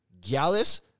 Gallus